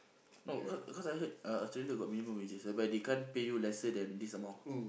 no cause cause I heard uh Australia got minimum wages whereby they can't pay you lesser than this amount